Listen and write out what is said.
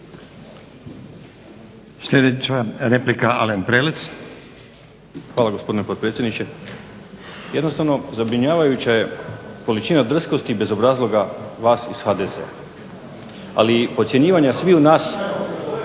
Prelec. **Prelec, Alen (SDP)** Hvala gospodine potpredsjedniče. Jednostavno zabrinjavajuća je količina drskosti i bezobrazluka vas iz HDZ-a, ali podcjenjivanje je sviju nas